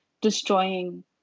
destroying